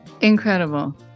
Incredible